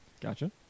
Gotcha